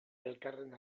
elkarren